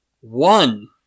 One